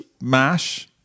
Mash